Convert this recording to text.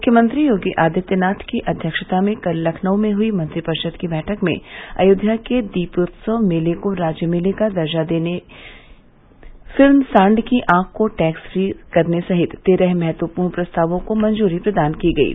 मुख्यमंत्री योगी आदित्यनाथ की अध्यक्षता में कल लखनऊ में हुई मंत्रिपरिषद की बैठक में अयोध्या के दीपोत्सव मेले को राज्य मेले का दर्जा देने फिल्म सांड़ की ऑख को टैक्स फ्री करने सहित तेरह महत्वपूर्ण प्रस्तावों को मंजूरी प्रदान की गयी